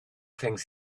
things